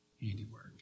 handiwork